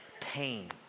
pain